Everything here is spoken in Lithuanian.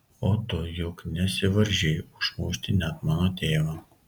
o tu juk nesivaržei užmušti net mano tėvą